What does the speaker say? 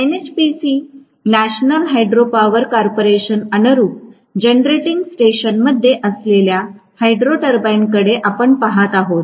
NHPC national hydro power corporation अनुरुप generating स्टेशनमध्ये असलेल्या हायड्रो टर्बाईनकडे आपण पहात आहोत